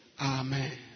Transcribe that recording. Amen